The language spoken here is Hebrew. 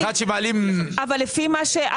אחד שמעלים --- אבל לפי מה שג'ק אומר,